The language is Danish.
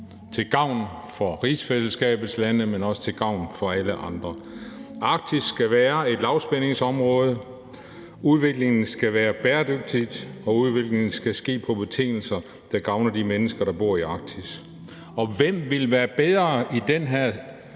til gavn for rigsfællesskabets lande, men også til gavn for alle andre. Arktis skal være et lavspændingsområde. Udviklingen skal være bæredygtig, og udviklingen skal ske på betingelser, der gavner de mennesker, der bor i Arktis. Og hvem ville være bedre i den her